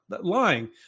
lying